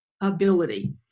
ability